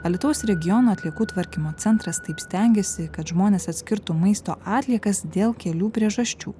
alytaus regiono atliekų tvarkymo centras taip stengėsi kad žmonės atskirtų maisto atliekas dėl kelių priežasčių